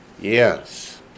Yes